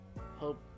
hope